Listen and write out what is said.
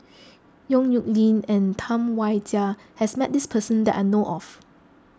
Yong Nyuk Lin and Tam Wai Jia has met this person that I know of